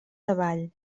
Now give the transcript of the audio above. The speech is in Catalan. savall